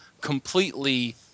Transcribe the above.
completely